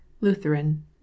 Lutheran